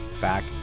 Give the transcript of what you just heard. Back